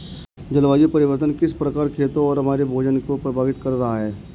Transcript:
जलवायु परिवर्तन किस प्रकार खेतों और हमारे भोजन को प्रभावित कर रहा है?